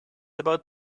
about